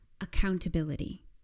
accountability